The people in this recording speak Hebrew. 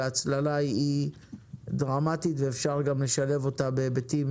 והצללה היא דרמטית ואפשר גם לשלב אותה בהיבטים